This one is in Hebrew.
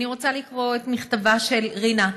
אני רוצה לקרוא את מכתבה של רינה: